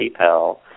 PayPal